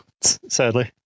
sadly